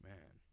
Man